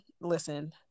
Listen